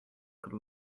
could